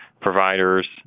providers